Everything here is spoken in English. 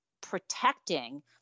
protecting